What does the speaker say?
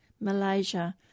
Malaysia